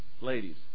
ladies